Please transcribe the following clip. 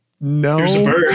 No